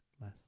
less